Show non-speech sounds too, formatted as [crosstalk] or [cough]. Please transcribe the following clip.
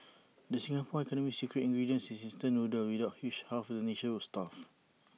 [noise] the Singapore economy's secret ingredient is instant noodles without which half the nation would starve [noise]